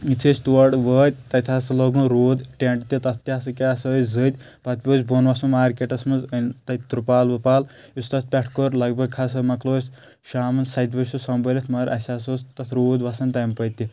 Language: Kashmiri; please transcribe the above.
یُتھُے أسۍ تور وٲتۍ تتہِ ہسا لوگُن روٗد ٹیٚنٛٹ تہِ تتھ تہِ ہسا کیٛاہ سا ٲسۍ زٔدۍ پتہٕ پیٛو اسہِ بۄن وَسُن مارکیٚٹس منٛز أنۍ تتہِ ترٛپال وُپال یُس تتھ پؠٹھہٕ کوٚر لگ بھگ ہسا مۄکلوو اسہِ شامن ستہِ بجہِ سُہ سنٛمبھٲلتھ مگر اسہِ ہسا اوس تتھ روٗد وسان تَمہِ پَتہٕ تہِ